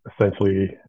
essentially